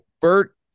Bert